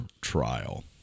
Trial